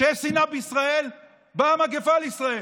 כשיש שנאה בישראל באה מגפה לישראל.